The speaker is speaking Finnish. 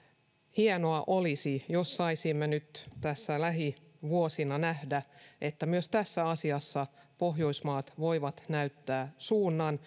hienoa olisi jos saisimme nyt lähivuosina nähdä että myös tässä asiassa pohjoismaat voivat näyttää suunnan